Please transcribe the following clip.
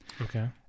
okay